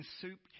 soup